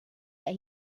that